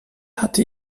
hatte